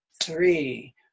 three